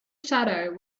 shadow